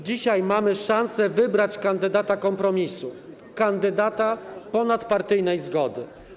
Dzisiaj mamy szansę wybrać kandydata kompromisu, kandydata ponadpartyjnej zgody.